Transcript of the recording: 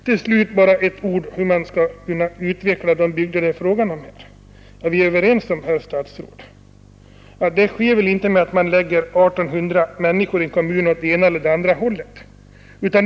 Till slut bara några ord om hur man skall kunna utveckla de bygder det är fråga om. Vi är väl överens om, herr statsråd, att detta inte sker genom att man ansluter 1 800 människor i en kommun i den ena eller andra riktningen.